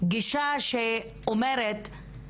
גישה שאומרת משהו אחר.